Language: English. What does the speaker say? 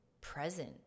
present